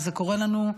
וזה קורה לנו,